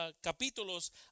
capítulos